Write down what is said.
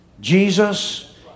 Jesus